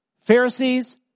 Pharisees